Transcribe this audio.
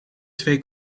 twee